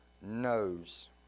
knows